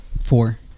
Four